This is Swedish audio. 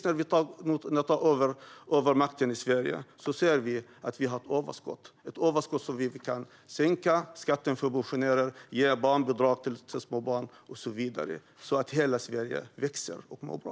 När vi tog över makten i Sverige ser vi att vi har ett överskott. Det är ett överskott som gör att vi kan sänka skatten för pensionärer, ge höjt barnbidrag för små barn och så vidare, så att hela Sverige växer och mår bra.